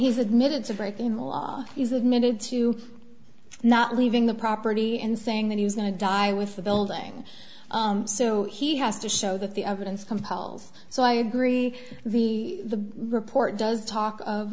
he's admitted to breaking the law he's admitted to not leaving the property and saying that he was going to die with the building so he has to show that the evidence compels so i agree the report does talk of